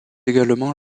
également